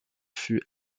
fut